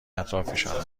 اطرافشان